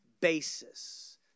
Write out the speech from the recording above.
basis